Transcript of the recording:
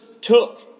took